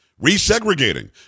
resegregating